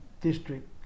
district